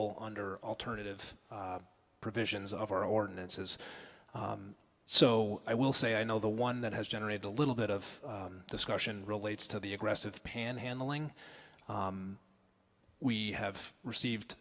e under alternative provisions of our ordinances so i will say i know the one that has generated a little bit of discussion relates to the aggressive panhandling we have received